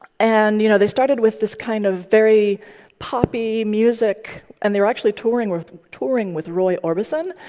and you know they started with this kind of very poppy music. and they were actually touring worth touring with roy orbison.